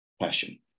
passion